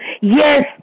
Yes